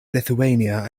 lithuania